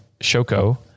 Shoko